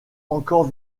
encore